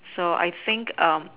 so I think um